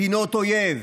מדינות אויב